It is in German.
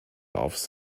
aufs